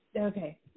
Okay